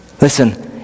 Listen